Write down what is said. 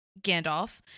Gandalf